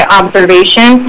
observation